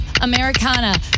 Americana